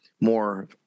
more